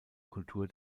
kultur